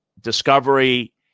discovery